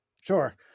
Sure